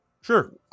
Sure